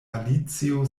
alicio